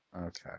Okay